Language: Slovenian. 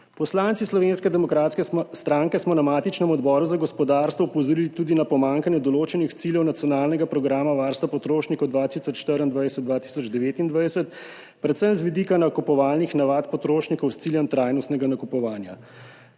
Poslanci Slovenske demokratske stranke smo na matičnem Odboru za gospodarstvo opozorili tudi na pomanjkanje določenih ciljev Nacionalnega programa varstva potrošnikov 2024–2029, predvsem z vidika nakupovalnih navad potrošnikov s ciljem trajnostnega nakupovanja.